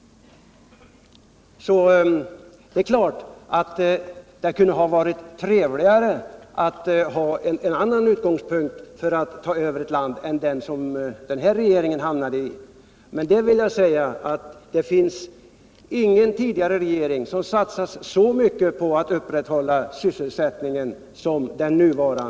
Det kunde givetvis ha varit trevligare att ha haft ett annat utgångsläge för att ta över ett land än den nuvarande regeringen hade, men ingen tidigare regering har satsat på mycket som denna på att upprätthålla sysselsättningen.